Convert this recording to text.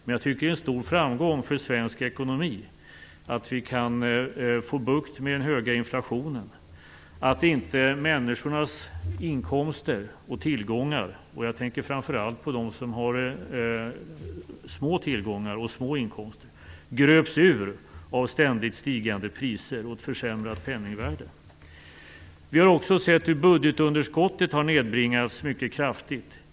Men jag tycker att det är en stor framgång för svensk ekonomi att vi kan få bukt med den höga inflationen så att inte människornas inkomster och tillgångar - och jag tänker framför allt på dem som har små tillgångar och små inkomster - gröps ur av ständigt stigande priser och av ett försämrat penningvärde. Vi har också sett hur budgetunderskottet har nedbringats mycket kraftigt.